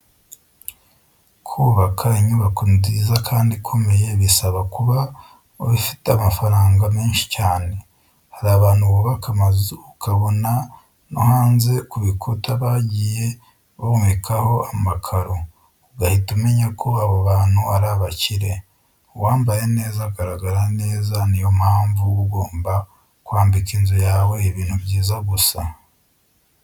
Kubaka inyubako nziza kandi ikomeye bisaba kuba ufite amafaranga menshi cyane. Hari abantu bubaka amazu ukabona no hanze ku bikuta bagiye bomekaho amakaro, ugahita umenya ko abo bantu ari abakire. Uwambaye neza agaragara neza, niyo mpamvu uba ugomba kwambika inzu yawe ibintu byiza gusa.